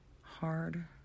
hard